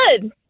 Good